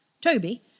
Toby